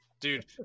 Dude